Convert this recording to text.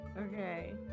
Okay